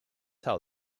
how